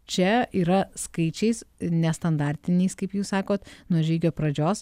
čia yra skaičiais nestandartiniais kaip jūs sakot nuo žygio pradžios